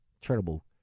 charitable